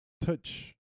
touch